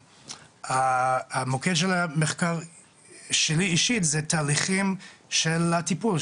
המוקד של המחקר שלי אישית זה תהליכים של הטיפול,